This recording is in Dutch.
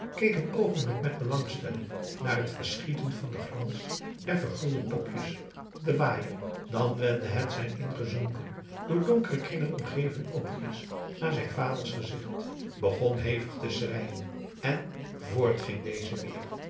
maurits oogenblik met belangstelling naar het verschieten van den glans der vergulde popjes op den waaier dan wendde het zijn ingezonken door donkere kringen omgeven oogjes naar zijn vader's gezicht begon hevig te schreien en voort ging deze weer